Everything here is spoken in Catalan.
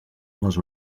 les